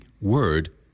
Word